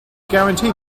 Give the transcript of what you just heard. guarantee